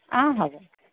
অ' হ'ব